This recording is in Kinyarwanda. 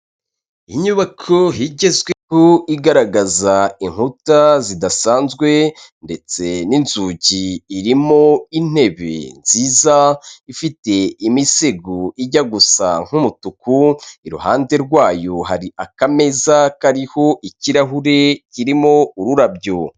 Inyubako igezweho igaragaza inkuta zidasanzwe ndetse n'inzugi, irimo intebe nziza ifite imisego ijya gusa nk'umutuku, iruhande rwayo hari akameza kariho ikirahure irimo ururabyo.